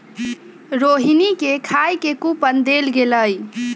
रोहिणी के खाए के कूपन देल गेलई